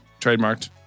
Trademarked